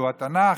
שהוא התנ"ך,